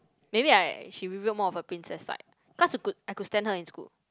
maybe right she revealed more of her princess side cause I could I could stand her in school